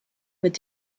mit